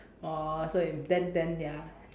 orh so you then then ya